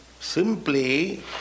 Simply